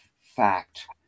fact